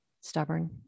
stubborn